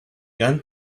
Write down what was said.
gone